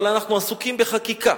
אבל אנחנו עסוקים בחקיקה.